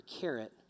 carrot